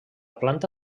planta